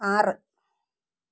ആറ്